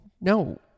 No